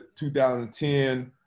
2010